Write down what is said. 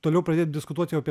toliau pradėt diskutuot jau apie